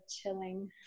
chilling